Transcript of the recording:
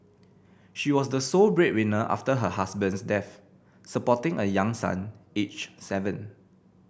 she was the sole breadwinner after her husband's death supporting a young son aged seven